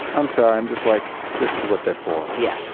i'm sorry. i'm just like this is what they're for yeah.